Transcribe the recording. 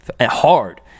hard